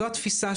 זו התפיסה,